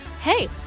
Hey